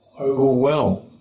overwhelmed